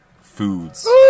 foods